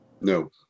No